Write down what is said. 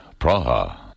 Praha